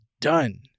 done